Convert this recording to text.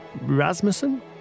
Rasmussen